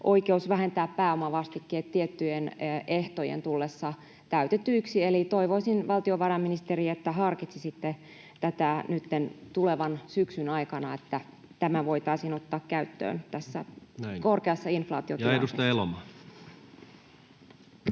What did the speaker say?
oikeus vähentää pääomavastikkeet tiettyjen ehtojen tullessa täytetyiksi. Eli toivoisin, valtiovarainministeri, että harkitsisitte tätä nytten tulevan syksyn aikana, että tämä voitaisiin ottaa käyttöön tässä korkeassa inflaatiotilanteessa.